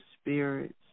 spirits